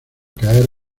caer